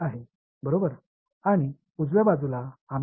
எனவே இதை ஒருங்கிணைத்துள்ளோம்